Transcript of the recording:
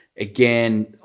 Again